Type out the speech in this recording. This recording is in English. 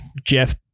Jeff